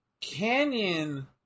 Canyon